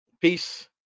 Peace